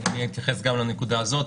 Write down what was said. אני אתייחס גם לנקודה הזאת,